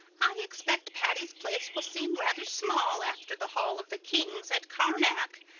i expect patty's place will seem rather small after the hall of the kings at karnak,